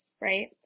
right